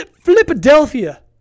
Philadelphia